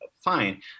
fine